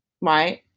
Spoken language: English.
right